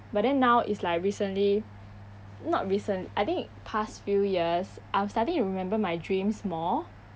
but then now it's like recently not recent I think past few years I'm starting to remember my dreams more